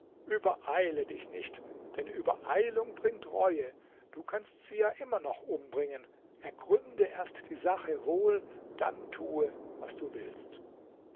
übereile dich nicht denn übereilung bringt reue du kannst sie ja immer noch umbringen ergründe erst die sache wohl dann tue was du willst